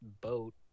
boat